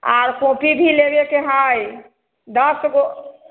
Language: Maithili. आर कॉपी भी लेबेके हइ दशगो